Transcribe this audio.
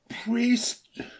priest